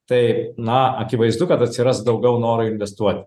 taip na akivaizdu kad atsiras daugiau noro investuoti